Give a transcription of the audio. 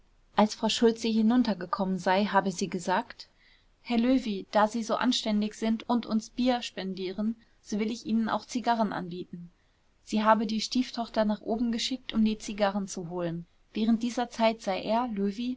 als frau schultze hinuntergekommen sei habe sie gesagt herr löwy da sie so anständig sind und uns bier spendieren so will ich ihnen auch zigarren anbieten sie habe die stieftochter nach oben geschickt um die zigarren zu holen während dieser zeit sei er löwy